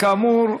כאמור,